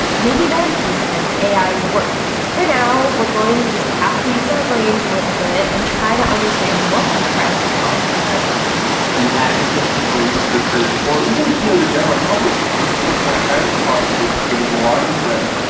maybe then, he he says, ai would work. for now, we're going to just have to use our brains a little bit and try to understand what these privacy policies are telling us. when advocates, or researchers, or even yeah the general public, reads something in a privacy policy that is alarming to them,